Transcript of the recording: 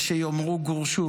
יש שיאמרו גורשו,